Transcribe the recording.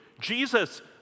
Jesus